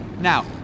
Now